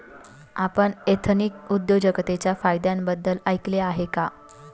आपण एथनिक उद्योजकतेच्या फायद्यांबद्दल ऐकले आहे का?